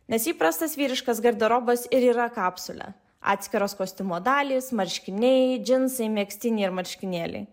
nes įprastas vyriškas garderobas ir yra kapsule atskiros kostiumo dalys marškiniai džinsai megztiniai ir marškinėliai